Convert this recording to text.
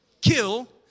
kill